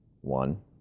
one